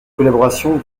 collaboration